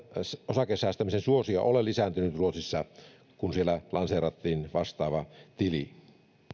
osakesäästämisen suosio ole lisääntynyt ruotsissa kun siellä lanseerattiin vastaava tili